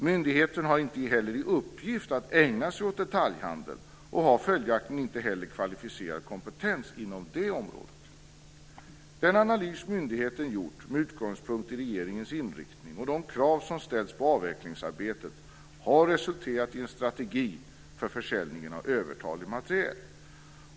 Myndigheten har inte heller i uppgift att ägna sig åt detaljhandel och har följaktligen inte heller kvalificerad kompetens inom det området. Den analys myndigheten gjort med utgångspunkt i regeringens inriktning och de krav som ställs på avvecklingsarbetet har resulterat i en strategi för försäljning av övertalig materiel.